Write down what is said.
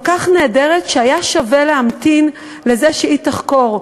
כל כך נהדרת, שהיה שווה להמתין לזה שהיא תחקור.